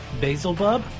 Basilbub